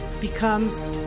becomes